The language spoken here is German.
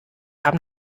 haben